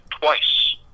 twice